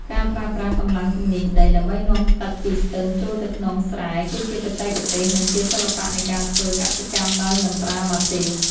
ការប្រើប្រាស់កម្លាំងទំនាញដីដើម្បីនាំទឹកពីស្ទឹងចូលទៅក្នុងស្រែគឺជាបច្ចេកទេស និងជាសិល្បៈនៃការធ្វើកសិកម្មដោយមិនប្រើម៉ាស៊ីន។